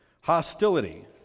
hostility